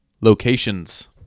locations